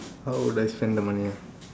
how would I spend the money ah